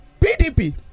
PDP